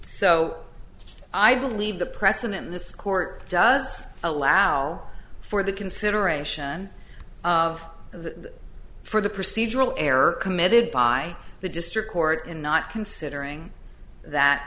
so i believe the precedent in this court does allow for the consideration of the for the procedural error committed by the district court in not considering that